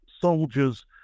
soldiers